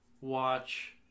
watch